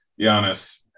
Giannis